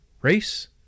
race